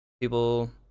people